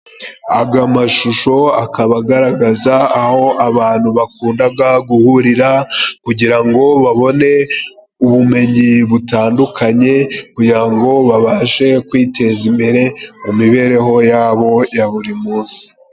Aga mashusho akaba agaragaza aho abantu bakundaga guhurira, kugira ngo babone ubumenyi butandukanye kugira ngo babashe kwiteza imbere mu mibereho yabo ya buri munsi.